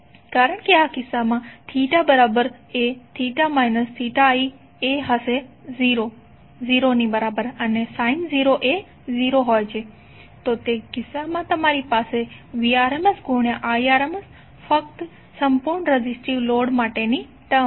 કારણ કે આ કિસ્સામાંθv i0 અને sin 0 એ 0 હશે તો તે કિસ્સામાં તમારી પાસે Vrms Irms ફક્ત સંપૂર્ણ રેઝિસ્ટીવ લોડ માટેની ટર્મ છે